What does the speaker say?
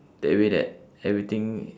that way that everything